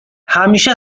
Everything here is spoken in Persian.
همیشه